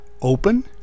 open